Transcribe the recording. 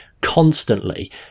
constantly